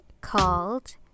called